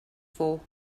for